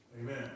Amen